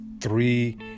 three